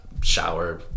shower